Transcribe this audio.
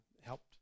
helped